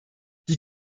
die